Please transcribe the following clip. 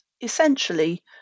essentially